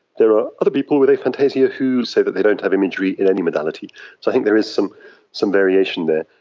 there are other people with aphantasia who say that they don't have imagery in any modality. so i think there is some some variation there,